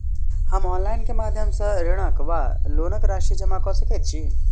हम ऑनलाइन केँ माध्यम सँ ऋणक वा लोनक राशि जमा कऽ सकैत छी?